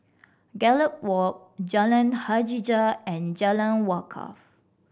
Gallop Walk Jalan Hajijah and Jalan Wakaff